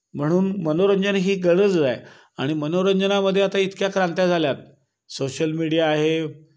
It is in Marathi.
म्हणून मनोरंजन ही गरज आहे आणि मनोरंजनामध्ये आता इतक्या क्रांत्या झाल्यात सोशल मीडिया आहे